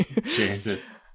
jesus